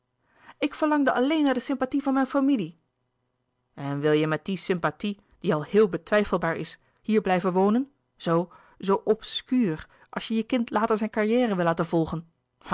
ik verlangde alleen naar de sympathie van mijn familie en wil je met die sympathie die al heel betwijfelbaar is hier blijven wonen zoo zoo obscuur als je je kind later zijn carrière wil laten volgen